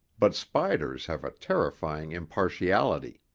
but spiders have a terrifying impartiality.